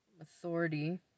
authority